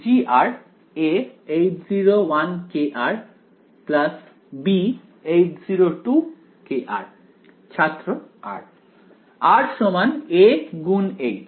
G a H0 b H0 ছাত্র r r সমান a গুণ H